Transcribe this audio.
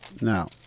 Now